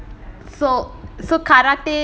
so so karate